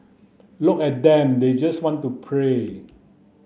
look at them they just want to play